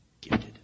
gifted